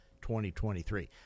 2023